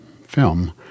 film